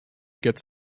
gets